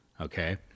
okay